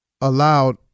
allowed